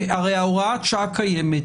הרי הוראת השעה קיימת.